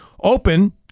open